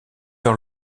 vers